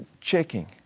checking